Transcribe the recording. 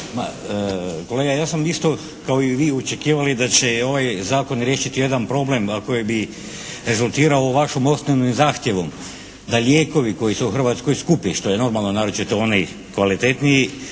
Kolega ja sam isto kao i vi očekivali da će i ovaj zakon riješiti jedan problem, a koji bi rezultirao vašem osnovnom zahtjevu, da lijekovi koji su u Hrvatskoj skupi što je normalno, naročito oni kvalitetniji